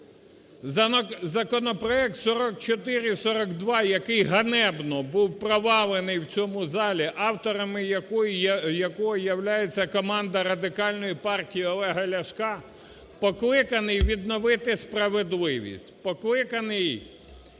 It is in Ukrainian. Законопроект 4442, який ганебно був провалений в цьому залі, авторами якого являється команда Радикальної партії Олега Ляшка, покликаний відновити справедливість,